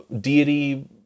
deity